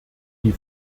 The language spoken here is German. die